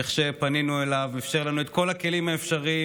איך שפנינו אליך אפשרת לנו את כל הכלים האפשריים,